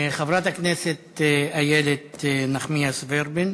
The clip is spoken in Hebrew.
חברת הכנסת איילת נחמיאס ורבין,